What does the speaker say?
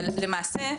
למעשה,